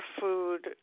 food